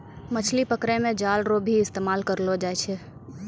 मछली पकड़ै मे जाल रो भी इस्तेमाल करलो जाय छै